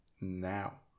Now